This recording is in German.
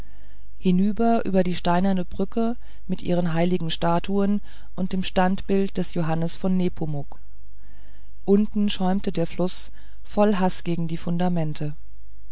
hinüber über die steinerne brücke mit ihren heiligenstatuen und dem standbild des johannes von nepomuk unten schäumte der fluß voll haß gegen die fundamente